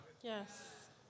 Yes